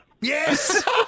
Yes